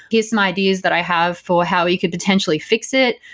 get some ideas that i have for how you could potentially fix it.